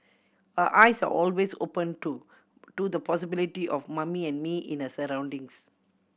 her eyes are always open too to the possibility of Mummy and Me in the surroundings